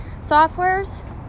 softwares